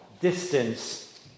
distance